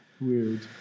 Weird